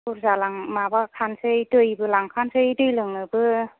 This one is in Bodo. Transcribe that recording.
बुरजा लां माबाखानोसै दैबो लांखानोसै दै लोंनोबो